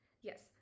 yes